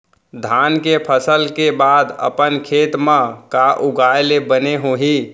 धान के फसल के बाद अपन खेत मा का उगाए ले बने होही?